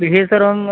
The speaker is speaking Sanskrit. गृहे सर्वं